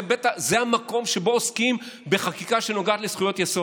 זה המקום שבו עוסקים בחקיקה שנוגעת לזכויות יסוד.